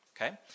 okay